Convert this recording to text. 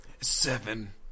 Seven